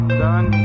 done